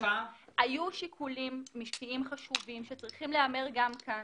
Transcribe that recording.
היו שיקולים משקיים חשובים הם צריכים להיאמר גם כאן